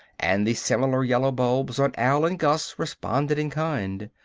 and the similar yellow bulbs on al and gus responded in kind.